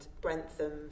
Brentham